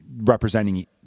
representing